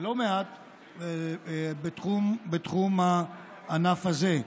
לא מעט בתחום הענף הזה.